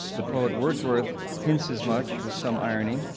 the poet wordsworth hints as much with some irony,